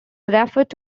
referred